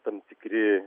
tam tikri